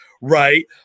Right